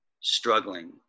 struggling